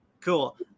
Cool